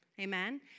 Amen